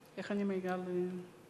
אנחנו ממשיכים עם הצעת